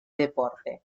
deporte